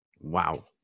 Wow